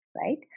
right